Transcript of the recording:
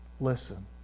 Listen